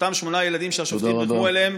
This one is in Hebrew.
אותם שמונה ילדים שהשופטים ריחמו עליהם,